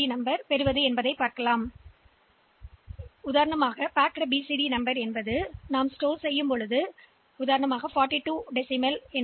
D எண்கள் இதுபோன்றவை நாம் சேமித்து வைத்திருக்கும் போது நாம் சொல்லும் எண் 42 42 எண்களை தசமத்தில் சொல்லுங்கள்